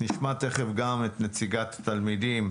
נשמע תיכף גם את נציגת התלמידים,